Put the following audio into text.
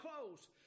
close